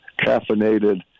caffeinated